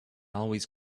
always